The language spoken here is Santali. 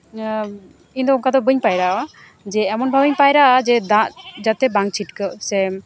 ᱤᱧ ᱫᱚ ᱚᱱᱠᱟᱫᱚ ᱵᱟᱹᱧ ᱯᱟᱭᱨᱟᱜᱼᱟ ᱡᱮ ᱮᱢᱚᱱ ᱵᱷᱟᱵᱮᱧ ᱯᱟᱭᱨᱟᱜᱼᱟ ᱡᱮ ᱫᱟᱜ ᱡᱟᱛᱮ ᱵᱟᱝ ᱪᱷᱤᱴᱠᱟᱹᱜ ᱥᱮ